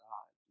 God